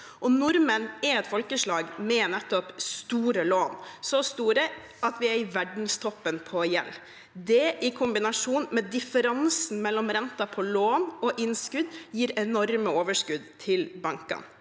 nordmenn er et folkeslag med nettopp store lån – så store at vi er i verdenstoppen på gjeld. Det, i kombinasjon med differansen mellom renter på lån og innskudd, gir enorme overskudd til bankene.